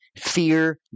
fear